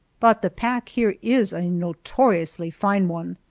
but the pack here is a notoriously fine one.